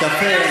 כוס קפה,